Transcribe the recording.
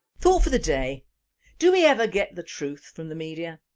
thought for the day do we ever get the truth from the media?